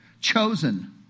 chosen